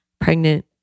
pregnant